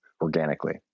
organically